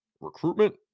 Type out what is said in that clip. recruitment